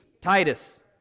Titus